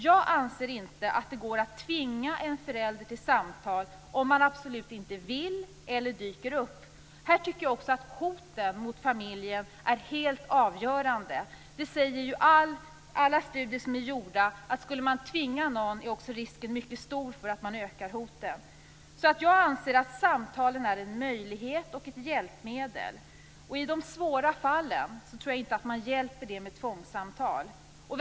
Jag anser inte att det går att tvinga en förälder till samtal om han eller hon absolut inte vill eller inte dyker upp. Här tycker jag också att hoten mot familjen är helt avgörande. Alla studier som är gjorda säger att risken är mycket stor att hoten ökar om man tvingar någon. Jag anser att samtalen är en möjlighet och ett hjälpmedel. Jag tror inte att man hjälper med tvångssamtal i de svåra fallen.